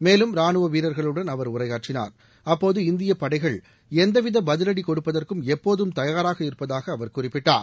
மேலும் ரானுவ வீரர்களுடன் அவர் உரையாற்றினார் அப்போது இந்திய படைகள் எந்தவித பதிவடி கொடுப்பதற்கும் எப்போதும் தயாராக இருப்பதாக அவர் குறிப்பிட்டார்